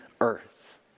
earth